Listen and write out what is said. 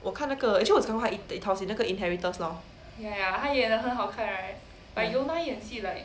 我看那个 actually 我重看一套戏那个 inheritors lor